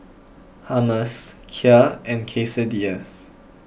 Hummus Kheer and Quesadillas